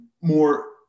more